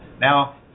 now